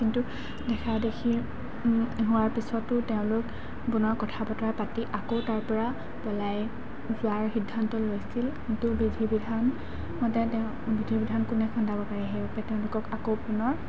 কিন্তু দেখা দেখি হোৱাৰ পিছতো তেওঁলোক পুনৰ কথা বতৰা পাতি আকৌ তাৰপৰা পলাই যোৱাৰ সিদ্ধান্ত লৈছিল কিন্তু বিধি বিধান মতে তেওঁ বিধিৰ বিধান কোনে খণ্ডাব পাৰে সেইবাবে তেওঁলোকক আকৌ পুনৰ